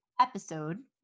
episode